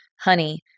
honey